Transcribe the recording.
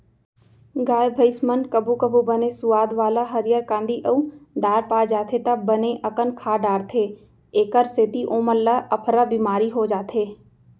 गाय भईंस मन कभू कभू बने सुवाद वाला हरियर कांदी अउ दार पा जाथें त बने अकन खा डारथें एकर सेती ओमन ल अफरा बिमारी हो जाथे